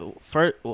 First